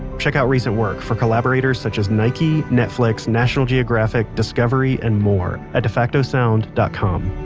check out recent work for collaborators such as nike, netflix, national geographic, discovery and more at defacto sound dot com